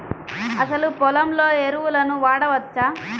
అసలు పొలంలో ఎరువులను వాడవచ్చా?